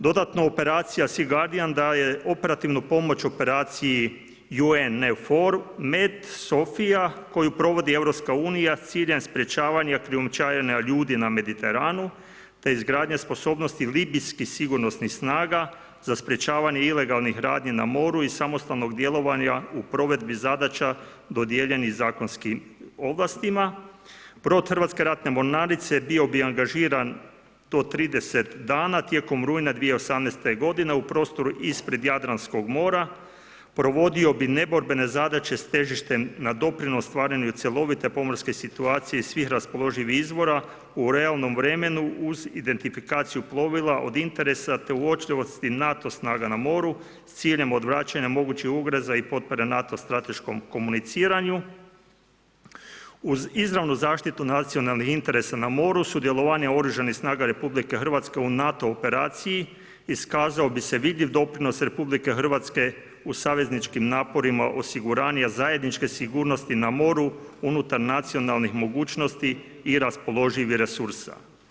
Dodatno, operacija SEA GUARDIAN daje operativnu pomoć operaciji … koju provodi EU s ciljem sprječavanja krijumčarenja ljudi na Mediteranu, te izgradnja sposobnosti libijskih sigurnosnih snaga za sprječavanje ilegalnih radnji na moru i samostalnog djelovanja u provedbi zadaća dodijeljenih zakonskih ovlastima. … hrvatske ratne mornarice bio bi angažiran do 30 dana tijekom rujna 2018. g. u prostor ispred Jadranskog mora, provodio bi neborbene zadaće s težištem na doprinos ostvarene i cjelovite pomorske situacije iz svih raspoloživih izvora u realnom vremenu uz identifikaciju plovidba, od interesa te uočljivosti NATO snaga na moru s ciljem odvraćanja mogućih ugroza i potpora NATO strateškom komutiranju, uz izravnu zaštitu nacionalnih interesa na moru, sudjelovanje oružanih snaga u RH u NATO operaciji, iskazao bi se vidljiv doprinos RH u saveznih naporima, osiguranija zajedničke sigurnosti na moru unutar nacionalnih mogućnosti i raspoloživih resursa.